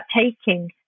taking